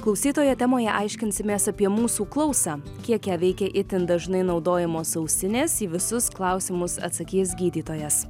klausytojo temoje aiškinsimės apie mūsų klausą kiek ją veikia itin dažnai naudojamos ausinės į visus klausimus atsakys gydytojas